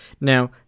Now